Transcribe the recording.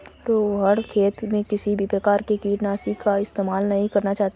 रोहण खेत में किसी भी प्रकार के कीटनाशी का इस्तेमाल नहीं करना चाहता है